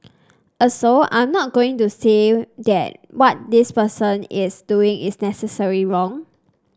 also I'm not going to say that what this person is doing is necessary wrong